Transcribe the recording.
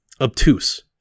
obtuse